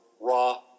raw